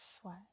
sweat